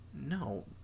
No